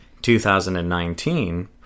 2019